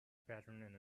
pattern